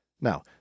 Now